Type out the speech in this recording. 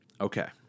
Okay